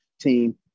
team